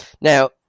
Now